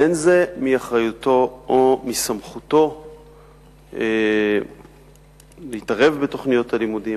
אין זה מאחריותו או מסמכותו להתערב בתוכניות הלימודים.